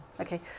Okay